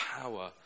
power